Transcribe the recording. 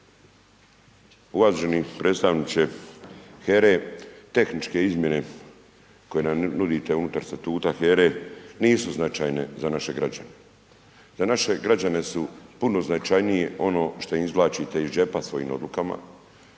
Uvaženi predstavniče HERA-e. Tehničke izmjene koje nam nudite unutar Statuta HERA-e nisu značajne za naše građane. Za naše građane su puno značajnije ono što im izvlačite iz džepa svojim odlukama,